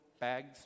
bags